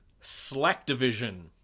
slack-division